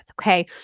Okay